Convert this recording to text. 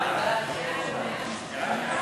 1